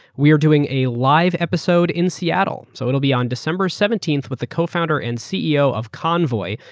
we are doing a live episode in seattle. so it will be on december seventeenth with the co-founder and ceo of convoy,